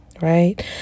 right